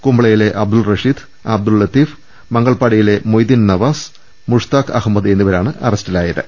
കുമ്പളയിലെ അബ്ദുൾ റഷീദ് അബ്ദുൾ ലത്തീഫ് മംഗൽപാടിയിലെ മൊയ്തീൻ നവാസ് മുഷ്താഖ് അഹമ്മദ് എന്നിവരാണ് അറസ്റ്റിലായത്